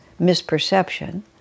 misperception